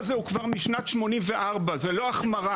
אדוני, הדבר הזה הוא כבר משנת 84'. זו לא החמרה.